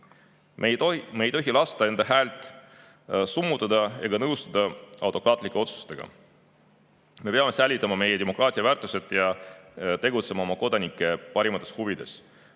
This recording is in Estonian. Me ei tohi lasta enda häält summutada ega nõustuda autokraatlike otsustega. Me peame säilitama demokraatia väärtused ja tegutsema oma kodanike parimates huvides.